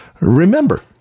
remember